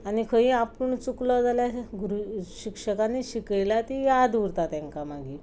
आनी खंयी आपूण चुकलो जाल्यार गुरुजी शिक्षकांनी शिकयल्या ती याद उरता तेंकां मागीर